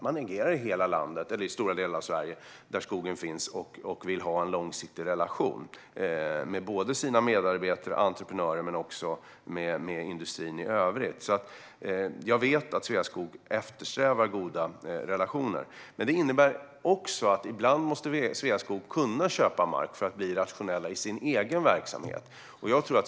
Man agerar i stora delar av Sverige där skogen finns och vill ha en långsiktig relation både med sina medarbetare och entreprenörer och med industrin i övrigt. Jag vet att Sveaskog eftersträvar goda relationer. Att de gör det innebär också att de ibland måste kunna köpa mark för att bli rationella i sin egen verksamhet.